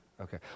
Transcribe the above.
okay